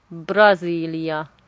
Brasilia